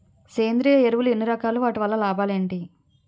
సేంద్రీయ ఎరువులు ఎన్ని రకాలు? వాటి వల్ల లాభాలు ఏంటి?